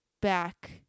back